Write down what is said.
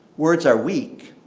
words are weak.